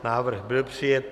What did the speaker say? Návrh byl přijat.